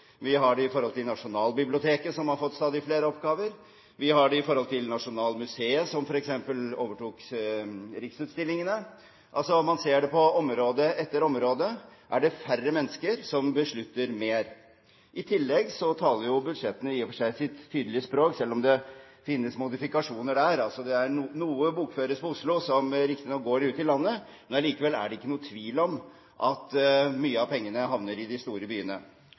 Vi har det i forhold til Nasjonalbiblioteket, som har fått stadig flere oppgaver. Vi har det i forhold til Nasjonalmuseet, som f.eks. overtok Riksutstillingene. Altså: Man ser på område etter område at det er færre mennesker som beslutter mer. I tillegg taler jo budsjettene i og for seg sitt tydelige språk, selv om det finnes modifikasjoner der. Noe bokføres på Oslo som riktignok går ut i landet, men allikevel er det ikke noen tvil om at mye av pengene havner i de store byene.